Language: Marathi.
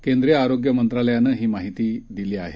केंद्रीयआरोग्यमंत्रालयानंहीमाहितीदिलीआहे